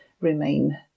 remain